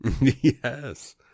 Yes